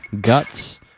Guts